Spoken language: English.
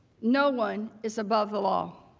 no one is above the law.